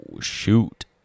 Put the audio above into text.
shoot